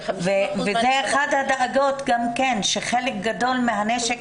-- וזאת אחת הדאגות גם כן, שחלק גדול מהנשק